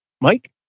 Mike